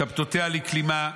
שבתותיה לכלימה,